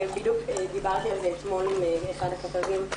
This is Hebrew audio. בדיוק דיברתי על זה אתמול עם אחד הכתבים,